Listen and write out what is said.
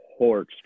torched